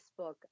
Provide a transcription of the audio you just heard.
facebook